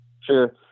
Sure